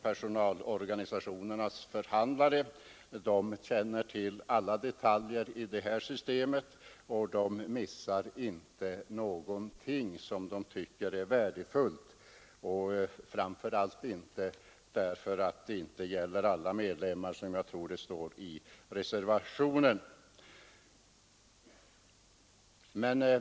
Personalorganisationernas förhandlare känner till alla detaljer i det här systemet. De missar inte någonting som de tycker är värdefullt, framför allt inte därför att det inte gäller alla medlemmar.